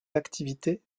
activités